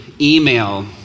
email